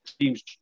team's